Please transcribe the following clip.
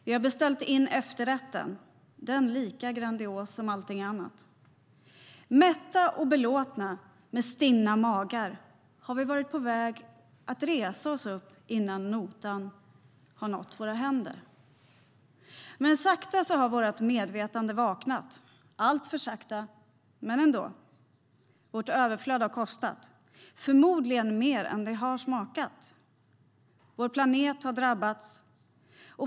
Vi har beställt in efterrätten, lika grandios som allt annat. Mätta och belåtna med stinna magar har vi varit på väg att resa oss upp och gå innan notan har nått våra händer. Men sakta har vårt medvetande vaknat - alltför sakta, men ändå. Vårt överflöd har kostat, förmodligen mer än det har smakat. Vår planet har drabbats.